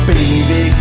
Baby